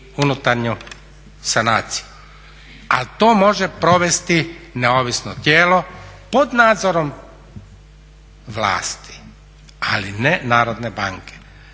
unutarnju sanaciju. Ali to može provesti neovisno tijelo pod nadzorom vlasti, ali ne Narodne banke